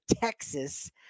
texas